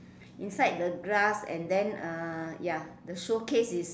inside the grass and then uh ya the showcase is